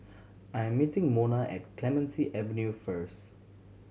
I'm meeting Mona at Clementi Avenue first